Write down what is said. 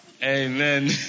Amen